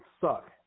suck